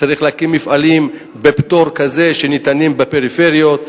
צריך להקים מפעלים בפטור כזה שניתן בפריפריות,